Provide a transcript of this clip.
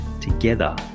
Together